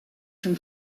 from